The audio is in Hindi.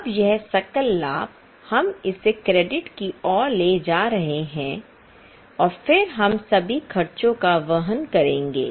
अब यह सकल लाभ हम इसे क्रेडिट की ओर ले जा रहे हैं और फिर हम सभी खर्चों को वहन करेंगे